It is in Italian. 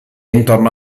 intorno